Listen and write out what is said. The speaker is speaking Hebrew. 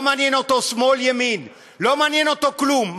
לא מעניין אותו שמאל, ימין, לא מעניין אותו כלום.